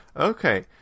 Okay